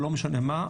או לא משנה מה,